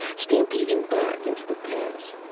stampeding back into the pass.